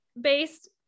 based